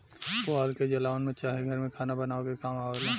पुआल के जलावन में चाहे घर में खाना बनावे के काम आवेला